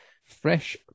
fresh